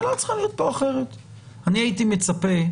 אני הייתי מצפה,